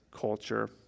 culture